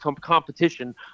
competition